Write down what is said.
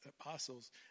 apostles